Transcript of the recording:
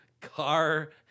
Car